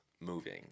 moving